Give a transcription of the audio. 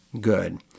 good